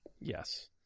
Yes